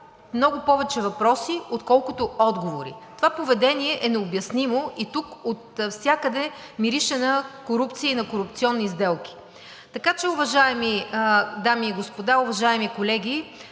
много повече въпроси, отколкото отговори. Това поведение е необяснимо и тук отвсякъде мирише на корупция и на корупционни сделки. Така че, уважаеми дами и господа, уважаеми колеги,